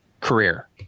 career